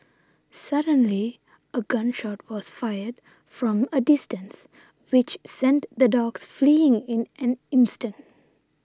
suddenly a gun shot was fired from a distance which sent the dogs fleeing in an instant